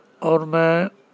اور میں